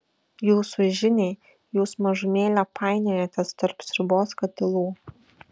jūsų žiniai jūs mažumėlę painiojatės tarp sriubos katilų